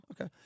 Okay